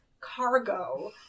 cargo